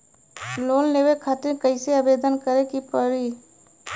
Loan लेवे खातिर कइसे आवेदन करें के पड़ी?